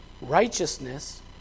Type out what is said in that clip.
Righteousness